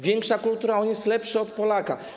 Większa kultura, on jest lepszy od Polaka.